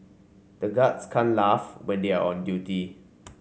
the guards can't laugh when they are on duty